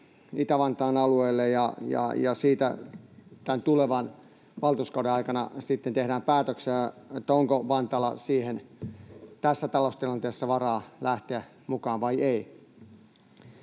Itä-Vantaan alueelle. Siitä tämän tulevan valtuustokauden aikana sitten tehdään päätöksiä, onko Vantaalla siihen tässä taloustilanteessa varaa lähteä mukaan vai ei.